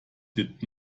did